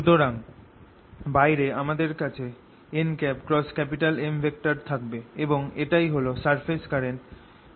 সুতরাং বাইরে আমাদের কাছে nM থাকবে এবং এটাই হল সারফেস কারেন্ট K